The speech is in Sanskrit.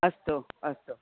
अस्तु अस्तु